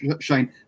Shane